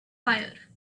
fire